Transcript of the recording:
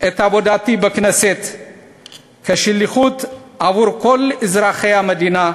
את עבודתי בכנסת כשליחות עבור כל אזרחי המדינה,